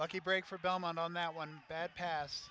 lucky break for belmont on that one bad pass